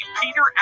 Peter